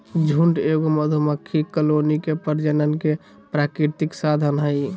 झुंड एगो मधुमक्खी कॉलोनी के प्रजनन के प्राकृतिक साधन हइ